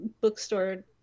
bookstore